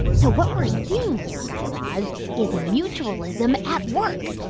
so what we're seeing here guy raz is mutualism at work.